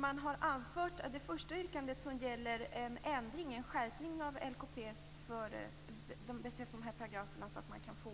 Vad gäller det första yrkandet, som rör en skärpning av de här paragraferna i lagen om